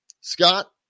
Scott